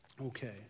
Okay